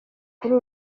kuri